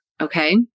Okay